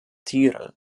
tiere